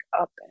up